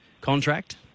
contract